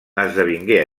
esdevingué